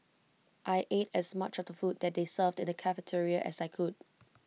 I ate as much of the food that they served in the cafeteria as I could